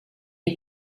est